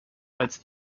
als